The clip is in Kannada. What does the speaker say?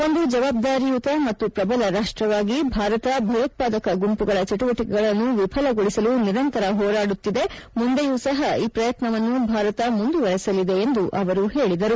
ಒಂದು ಜವಾಬ್ದಾರಿಯುತ ಮತ್ತು ಪ್ರಬಲ ರಾಷ್ಟವಾಗಿ ಭಾರತ ಭಯೋತ್ಸಾದಕ ಗುಂಪುಗಳ ಚಟುವಟಿಕೆಗಳನ್ನು ವಿಫಲಗೊಳಿಸಲು ನಿರಂತರ ಹೋರಾಡುತ್ತಿದೆ ಮುಂದೆಯೂ ಸಹ ಈ ಪ್ರಯತ್ಸವನ್ನು ಭಾರತ ಮುಂದುವರೆಸಲಿದೆ ಎಂದು ಅವರು ಹೇಳಿದರು